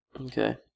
okay